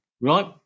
right